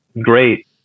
great